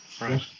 Right